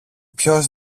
ποιος